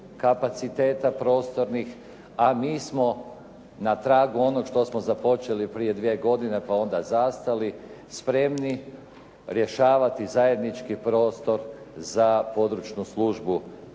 kapaciteta prostornih, a mi smo na pragu onog što smo započeli prije dvije godine, pa onda zastali spremni rješavati zajednički prostor za područnu službu